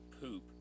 poop